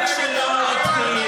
בדיון.